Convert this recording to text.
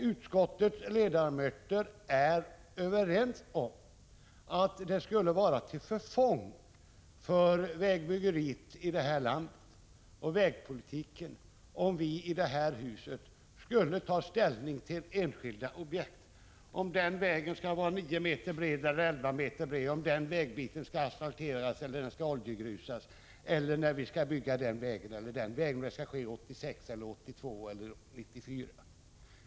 Utskottets ledamöter är överens om att det skulle vara till förfång för vägbyggandet och vägpolitiken i detta land om vi här i huset skulle ta ställning till enskilda vägobjekt; om en viss väg skall vara 9 eller 11 m bred, om en vägbit skall asfalteras eller oljegrusas, om en väg skall byggas 1986 eller 1994.